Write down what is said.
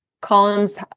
columns